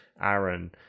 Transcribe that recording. Aaron